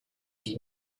die